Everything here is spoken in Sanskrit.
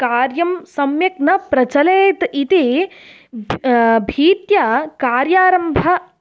कार्यं सम्यक् न प्रचलेत् इति भीत्या कार्यारम्भः